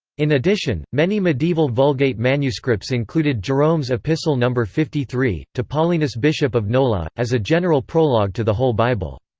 in addition, many medieval vulgate manuscripts included jerome's epistle number fifty three, to paulinus bishop of nola, as a general prologue to the whole bible.